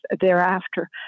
thereafter